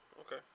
Okay